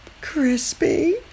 Crispy